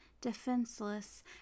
defenseless